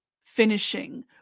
finishing